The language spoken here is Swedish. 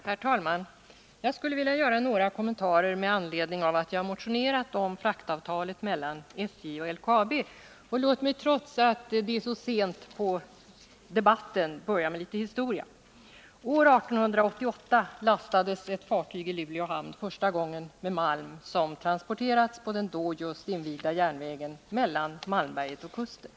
Herr talman! Jag skulle vilja göra några kommentarer med anledning av att jag motionerat om fraktavtalet mellan SJ och LKAB. Låt mig trots att vi är i ett sent skede av debatten börja med litet historia. År 1888 lastades ett fartyg i Luleå hamn för första gången med malm som transporterats på den då just invigda järnvägen mellan Malmberget och kusten.